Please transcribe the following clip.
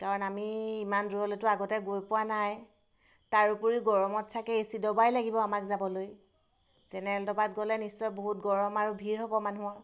কাৰণ আমি ইমান দূৰলৈতো আগতে গৈ পোৱা নাই তাৰোপৰি গৰমত ছাগৈ এ চি ডবাই লাগিব আমাক যাবলৈ জেনেৰেল ডবাত গ'লে নিশ্চয় বহুত গৰম আৰু ভিৰ হ'ব মানুহৰ